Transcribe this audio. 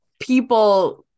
people